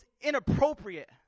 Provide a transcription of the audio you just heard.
inappropriate